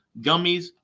gummies